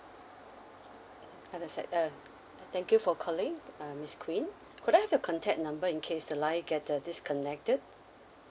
mm understand uh thank you for calling uh miss queen could I have your contact number in case the line get uh disconnected